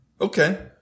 Okay